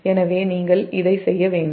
எனவே நீங்கள் இதை செய்ய வேண்டும்